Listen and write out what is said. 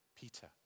Peter